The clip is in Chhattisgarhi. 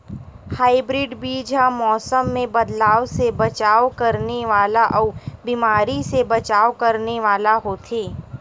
हाइब्रिड बीज हा मौसम मे बदलाव से बचाव करने वाला अउ बीमारी से बचाव करने वाला होथे